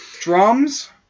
Drums